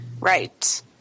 Right